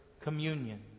Communion